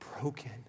broken